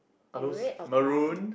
the red or brown